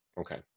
Okay